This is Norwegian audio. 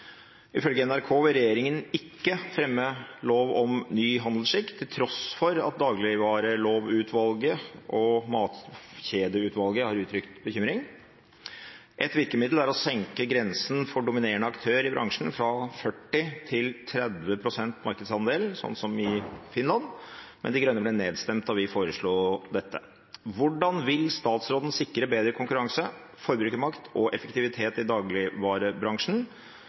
Ifølge NRK vil regjeringen ikke fremme en ny lov om god handelsskikk, tross råd fra Dagligvarelovutvalget og bekymringer fra Matkjedeutvalget. Ett virkemiddel er å senke grensen for dominerende aktører i bransjen fra 40 til 30 prosent, som i Finland, men Miljøpartiet De Grønne ble nedstemt da vi foreslo dette. Hvordan vil statsråden sikre bedre konkurranse, forbrukermakt og effektivitet i dagligvarebransjen,